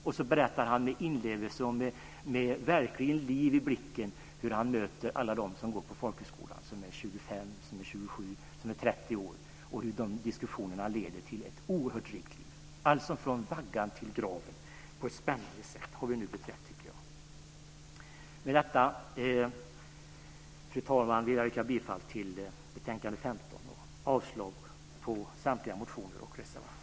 Därefter berättar han med inlevelse och verkligen liv i blicken hur han möter alla dem som går på folkhögskolan som är 25, 27 och 30 år och hur diskussionerna leder till ett oerhört rikt liv. Lärandets väg från vaggan till graven har vi nu på ett spännande sätt beträtt, tycker jag. Med detta, fru talman, vill jag yrka bifall till förslaget i betänkande 15 och avslag på samtliga motioner och reservationer.